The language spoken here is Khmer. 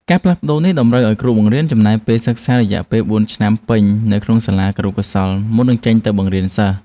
ការផ្លាស់ប្តូរនេះតម្រូវឱ្យគ្រូបង្រៀនចំណាយពេលសិក្សារយៈពេលបួនឆ្នាំពេញនៅក្នុងសាលាគរុកោសល្យមុននឹងចេញទៅបង្រៀនសិស្ស។